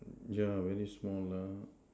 yeah very small lah